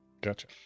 Gotcha